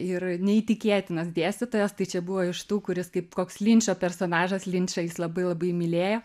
ir neįtikėtinas dėstytojas tai čia buvo iš tų kuris kaip koks linčo personažas linčą jis labai labai mylėjo